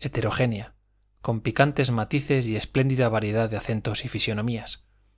heterogénea con picantes matices y espléndida variedad de acentos y fisonomías